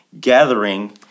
gathering